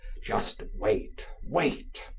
just wait, wait!